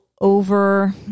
over